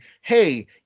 hey